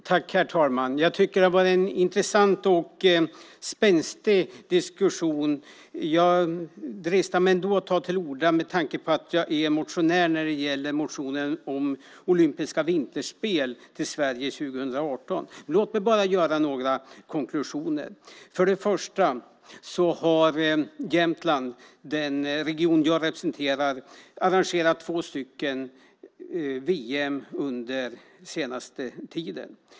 Herr talman! Det har varit en intressant och spänstig diskussion. Jag dristar mig att ta till orda med tanke på att jag är motionär i motionen om olympiska vinterspel i Sverige 2018. Låt mig göra några konklusioner. Jämtland - den region jag representerar - har arrangerat två VM under den senaste tiden.